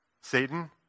Satan